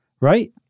right